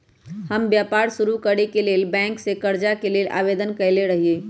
हम व्यापार शुरू करेके लेल बैंक से करजा के लेल आवेदन कयले रहिये